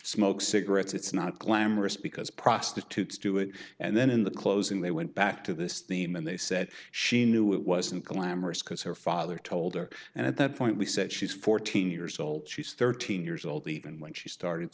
smokes cigarettes it's not glamorous because prostitutes do it and then in the closing they went back to this theme and they said she knew it wasn't glamorous because her father told her and at that point we said she's fourteen years old she's thirteen years old even when she started